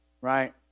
right